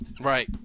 Right